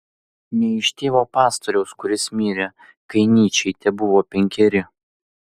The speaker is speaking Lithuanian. ne iš tėvo pastoriaus kuris mirė kai nyčei tebuvo penkeri